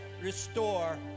restore